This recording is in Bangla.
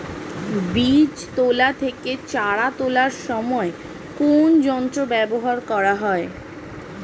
বীজ তোলা থেকে চারা তোলার সময় কোন যন্ত্র ব্যবহার করা হয়?